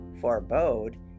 Forebode